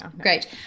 Great